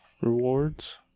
rewards